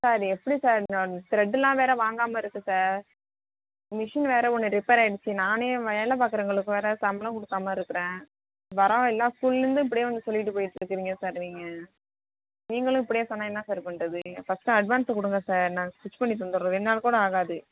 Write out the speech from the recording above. sir எப்படி sir நான் த்ரெட்லான் வேறு வாங்காமல் இருக்கு சார் மிஷின் வேறு ஒன்று ரிப்பேர் ஆயிடுச்சு நானே வேலை பார்க்கறவங்களுக்கு வேறு சம்பளம் கொடுக்காம இருக்குறேன் வரவ எல்லா ஸ்கூல்லேர்ந்து இப்படியே வந்து சொல்லிட்டு போயிவிட்டு இருக்கிறீங்க சார் நீங்கள் நீங்களும் இப்படியே சொன்னால் என்ன சார் பண்ணுறது நீங்கள் ஃபர்ஸ்ட்டு அட்வான்ஸை கொடுங்க சார் நான் ஸ்டிச் பண்ணி தந்துடுறோம் ரெண்டு நாள் கூட ஆகாது